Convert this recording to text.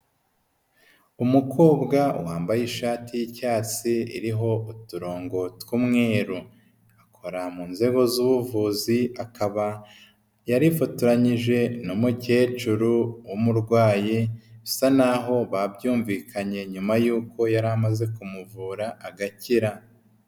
Umukobwa wambaye ishati y'icyatsi iriho uturongo tw'umweru. Akora mu nzego z'ubuvuzi, akaba yarifotoranyije n'umukecuru w'umurwayi. Bisa n'aho babyumvikanye nyuma yuko yari amaze kumuvura agakira.